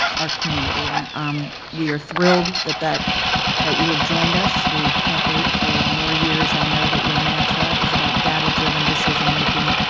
our community. and um we are thrilled that that you have joined us. we can't wait for more years. i know that your mantra is about data-driven decision making.